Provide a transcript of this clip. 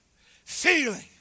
feeling